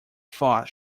thought